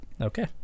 Okay